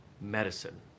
medicine